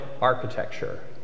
architecture